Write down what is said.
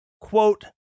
quote